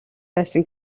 байсан